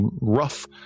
rough